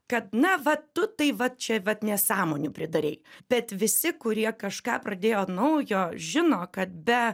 kad na va tu tai va čia vat nesąmonių pridarei bet visi kurie kažką pradėjo naujo žino kad be